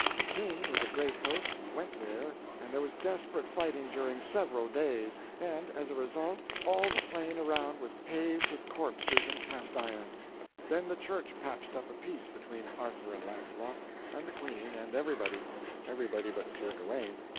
the king, with a great host, went there, and there was desperate fighting during several days, and, as a result, all the plain around was paved with corpses and cast-iron. then the church patched up a peace between arthur and launcelot and the queen and everybody everybody but sir gawaine.